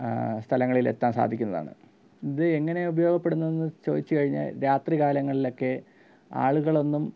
സ്ഥലങ്ങളിൽ എത്താൻ സാധിക്കുന്നതാണ് ഇത് എങ്ങനെ ഉപയോഗപ്പെടുന്നതെന്നു ചോദിച്ചു കഴിഞ്ഞാൽ രാത്രികാലങ്ങളിലൊക്കെ ആളുകളൊന്നും